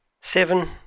Seven